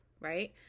right